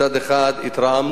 מצד אחד התרעמנו,